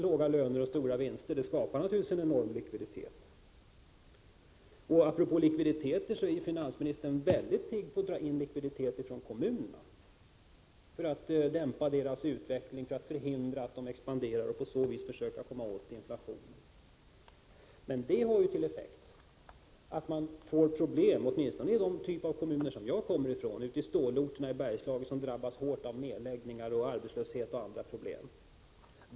Låga löner och höga vinster skapar naturligtvis en enorm likviditet. Finansministern är också väldigt pigg på att dra in likviditet från kommunerna, för att dämpa deras utveckling, förhindra att de expanderar och på så vis försöka komma åt inflationen. Detta har till effekt att kommunerna får problem, åtminstone den typ av kommuner som jag kommer ifrån, i stålorterna i Bergslagen, som drabbas hårt av nedläggningar, arbetslöshet och andra problem.